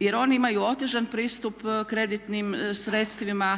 jer oni imaju otežan pristup kreditnim sredstvima,